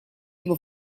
его